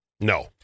No